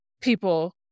people